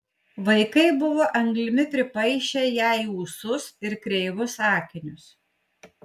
vaikai buvo anglimi pripaišę jai ūsus ir kreivus akinius